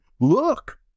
Look